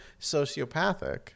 sociopathic